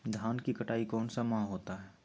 धान की कटाई कौन सा माह होता है?